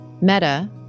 Meta